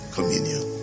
Communion